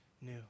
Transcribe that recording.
new